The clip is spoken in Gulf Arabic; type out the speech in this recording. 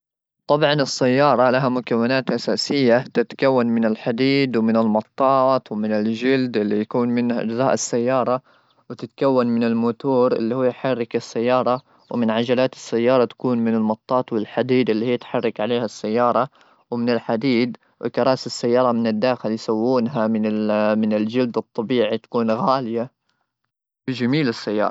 طبعا السياره لها مكونات اساسيه تتكون من الحديد ومن المطاط ومن الجلد اللي يكون منه اجزاء السياره ,وتتكون من الموتور اللي هو يحرك السياره ومن عجلات السياره تكون من المطاط ,والحديد اللي هي تحرك عليها السياره ومن الحديد ,وكراسي السياره من الداخل يسوونها من الجلد الطبيعي تكون غاليه بجميل السياره.